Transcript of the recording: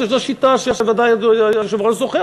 שזו שיטה שוודאי היושב-ראש זוכר.